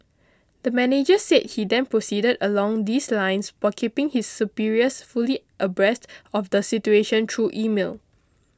the manager said he then proceeded along these lines while keeping his superiors fully abreast of the situation true email